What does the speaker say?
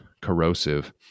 corrosive